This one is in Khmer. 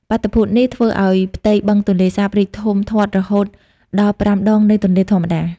បាតុភូតនេះធ្វើឱ្យផ្ទៃបឹងទន្លេសាបរីកធំធាត់រហូតដល់ប្រាំដងនៃទំហំធម្មតា។